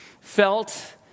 felt